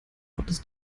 ortes